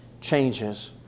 changes